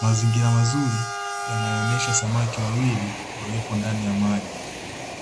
Mazingira mazuri yanayoonesha samaki wawili waliopo ndani ya maji,